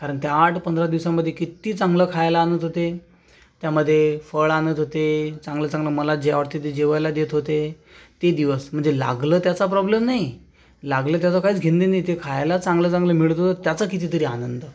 कारण त्या आठ पंधरा दिवसांमध्ये कित्ती चांगलं खायला आणत होते त्यामध्ये फळ आणत होते चांगलं चांगलं मला जे आवडत ते जेवायला देत होते ते दिवस म्हणजे लागलं त्याचा प्रॉब्लेम नाही लागलं त्याचं काहीच घेणं देणं नाही ते खायला चांगलं चांगलं मिळत होतं त्याचा किती तरी आनंद